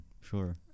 sure